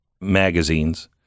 magazines